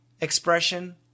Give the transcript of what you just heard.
expression